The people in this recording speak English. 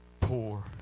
poor